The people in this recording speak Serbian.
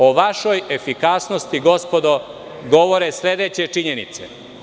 O vašoj efikasnosti gospodo govore sledeće činjenice.